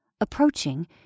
Approaching